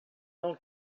não